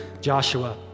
Joshua